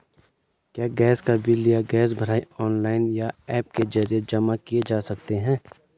क्या गैस का बिल या गैस भराई ऑनलाइन या ऐप के जरिये जमा किये जा सकते हैं?